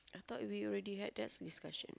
I thought we already had that discussion